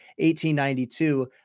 1892